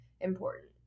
important